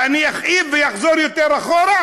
ואני אכאיב ואחזור יותר אחורה,